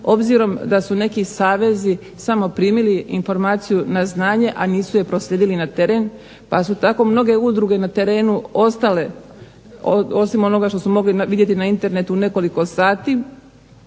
obzirom da su neki savezi samo primili informaciju na znanje, a nisu je proslijedili na teren, pa su tako mnoge udruge na terenu ostale, osim onoga što su mogli vidjeti na Internetu nekoliko sati,